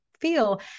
Feel